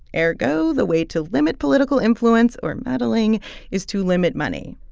ergo, the way to limit political influence or meddling is to limit money.